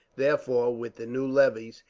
therefore, with the new levies,